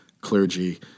clergy